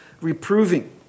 reproving